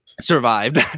survived